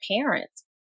parents